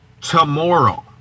tomorrow